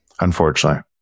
unfortunately